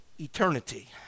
eternity